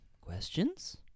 Questions